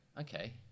okay